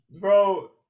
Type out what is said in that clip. Bro